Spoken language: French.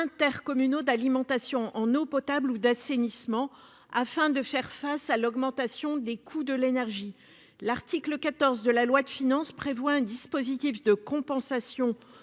d'alimentation en eau potable ou d'assainissement, afin de faire face à l'augmentation des coûts de l'énergie. L'article 14 de la loi de finances prévoit un dispositif de compensation